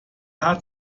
hat